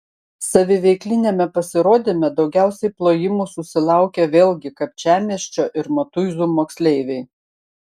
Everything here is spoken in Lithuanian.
saviveikliniame pasirodyme daugiausiai plojimų susilaukė vėlgi kapčiamiesčio ir matuizų moksleiviai